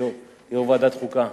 יושב-ראש ועדת חוקה?